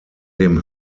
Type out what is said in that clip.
dem